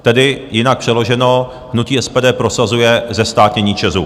Tedy jinak přeloženo, hnutí SPD prosazuje zestátnění ČEZu.